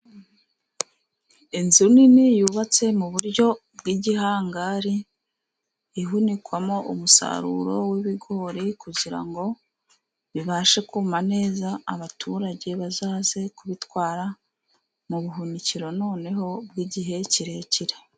Inzu nini yubatse mu buryo bw'igihangari ihunikwamo umusaruro w'ibigori kugira ngo bibashe kuma neza abaturage bazaze kubitwara mu buhunikiro noneho bw'igihe kirekire.